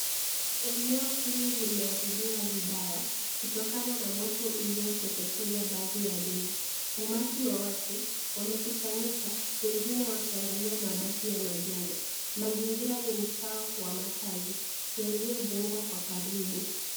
Eneo hili limeharibiwa vibaya kutokana na moto ulioteketeza baadhi ya nyumba. Umati wa watu wamekusanyika wengine wakiangalia mabaki ya majengo. Mazingira ni mtaa wa makazi yaliyojengwa kwa karibu.